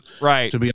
Right